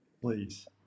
please